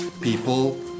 people